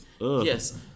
yes